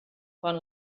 quan